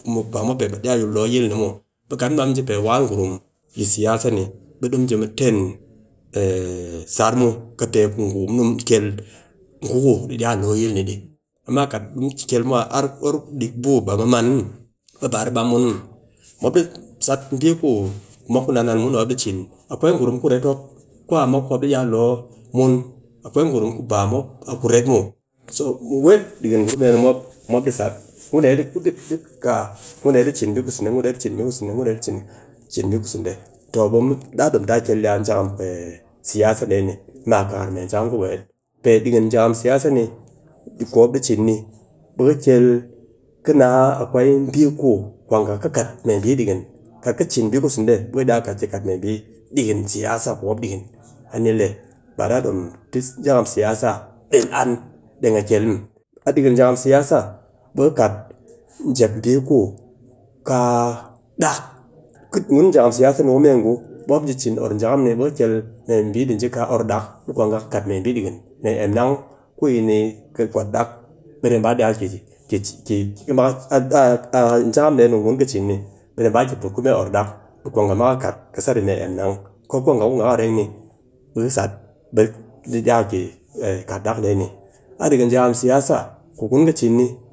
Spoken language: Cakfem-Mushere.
ba mu kat mɨ iya lo yil muw, kat mu ba mu ji pe wakar gurum yi siyasa dee di mu ji mu teng sar kɨpe ku gurum mop ni kel, ngun ku ɗi iya lo yil ni ɗiamma kat mu kel mu or ku dik buu ba mu man muw, ɓe ba ɗi bam mun muw, mop ɗi sat bii ku mop ku nan nan mun ni mop ɗi cin. Akwai gurum ku ret mop ku a mop di iya lo mun, akwai gurum ku ba mop a kuret muw weet dikin gurum dee ni mop ɗi sat, ngu dee tɨ gaa ngu dee ɗi cin bii ku sede, ngu dee ɗi cin bii ku sede, ngu dee ɗi cin bii ku sede, daa dom taa kel di a jakam siyasa dee ma kar jakam ku weet, pe dikin jakam siyasa ni ;i ku mop ɗi cin ni, ɓe ka kel, kɨ naa akwai bii ku kwa ngha kɨ kat mee bii ɗikin, kat ki cin bii ku sede ɓe kɨ ba kɨ kat mee bii dikin siyyasa ku mop dikin, a ni le ba daa ɗom tɨ jakam siyasa del an muw deng a kel muw. A ɗikin jakam siyyasa ɓe kɨ kat jep bii ku kaa dak. Kɨbukun jakam siyasa ni mee ngu mopɗi cin or jakam ni ɓe kɨ kel bii ɗi ji kaa or dak ɓe kwa ngha kɨ kat mee bii ɗikin, mee emnang mop ku yi n kɨ kwat dak, be di ba iya ki a jakam dee ni ku kun kɨ cin ɓe ɗi ba ki put ku mee or dak, ɓe kwa ngha ma kɨ kat kɨ sat yi emnang, ko kwa ngha ku ngha kɨ reng ni ɓe ka sat, ɓe ɗi iya ki kwat dak dee ni, dang ni kɨ ji mɨ siyyasa ku ngun kɨ cin ni